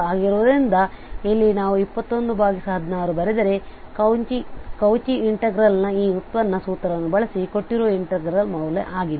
ಆಗಿರುವುದರಿಂದ ಇಲ್ಲಿ ನಾವು 2116 ಬರೆದರೆ ಕೌಚಿ ಇಂಟಿಗ್ರಾಲ್ನ ಈ ಉತ್ಪನ್ನ ಸೂತ್ರವನ್ನು ಬಳಸಿ ಕೊಟ್ಟಿರುವ ಇನ್ಟೆಗ್ರಲ್ ಮೌಲ್ಯ ಆಗಿದೆ